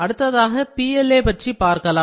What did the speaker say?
அடுத்ததாக PLA பற்றி பார்க்கலாம்